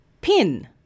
pin